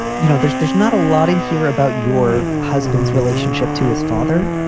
you know, there's there's not a lot in here about your husband's relationship to his father,